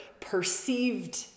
perceived